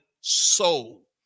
soul